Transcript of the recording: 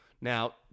Now